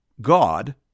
God